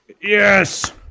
Yes